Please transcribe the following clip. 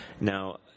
Now